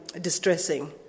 distressing